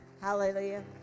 Hallelujah